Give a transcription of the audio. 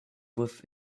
with